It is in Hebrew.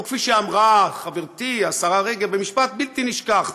או כפי שאמרה חברתי השרה רגב במשפט בלתי נשכח: